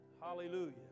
Hallelujah